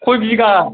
खय बिगा